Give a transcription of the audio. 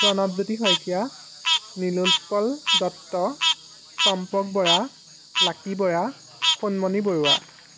Pranabjyoti Saikia Nilotpal Dutta Champak Bora Lucky Bora Sonmoni Barua